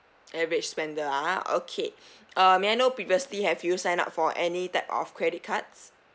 average spender ah okay uh may I know previously have you sign up for any type of credit cards